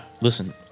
Listen